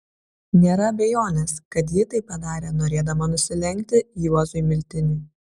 nėra abejonės kad ji tai padarė norėdama nusilenkti juozui miltiniui